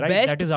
Best